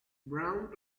brown